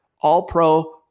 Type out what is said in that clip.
All-Pro